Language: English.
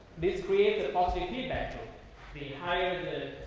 this creates also feedback to the higher, the